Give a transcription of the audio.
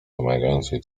wymagającej